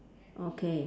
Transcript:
okay